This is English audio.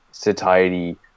satiety